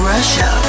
Russia